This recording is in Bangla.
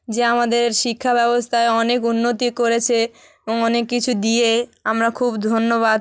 যে আমাদের শিক্ষা ব্যবস্থায় অনেক উন্নতি করেছে অনেক কিছু দিয়ে আমরা খুব ধন্যবাদ